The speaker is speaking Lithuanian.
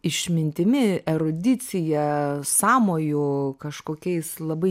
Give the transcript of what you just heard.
išmintimi erudicija sąmoju kažkokiais labai